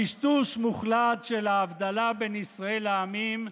טשטוש מוחלט של ההבדלה בין ישראל לעמים,